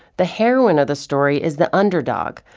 the heroine of the story is the underdog,